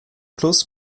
schluss